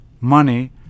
money